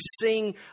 sing